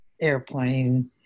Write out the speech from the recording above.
airplane